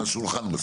עם השולחן בסוף.